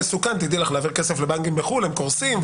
מסוכן להעביר כסף לבנקים בחו"ל, הם קורסים.